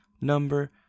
number